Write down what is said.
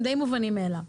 הם די מובנים מאליהם.